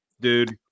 dude